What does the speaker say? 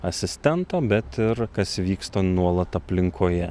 asistento bet ir kas vyksta nuolat aplinkoje